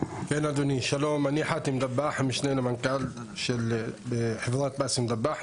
שלום, אני משנה למנכ"ל של חברת באסם דבאח.